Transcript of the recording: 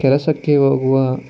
ಕೆಲಸಕ್ಕೆ ಹೋಗುವ